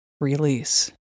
Release